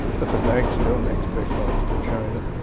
but the bank still makes big loans to china.